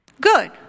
Good